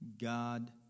God